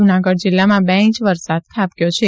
જૂનાગઢ જિલ્લામાં બે ઇંચ વરસાદ ખાબક્યો છે